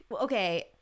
okay